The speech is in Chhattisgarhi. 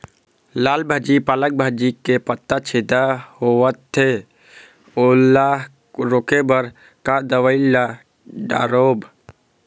लाल भाजी पालक भाजी के पत्ता छेदा होवथे ओला रोके बर का दवई ला दारोब?